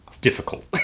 difficult